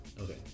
Okay